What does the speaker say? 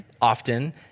often